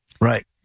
Right